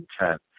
intent